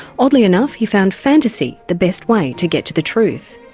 oddly enough he found fantasy the best way to get to the truth.